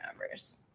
members